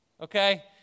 Okay